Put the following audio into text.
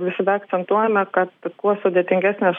visada akcentuojame kad kuo sudėtingesnės